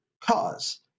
cause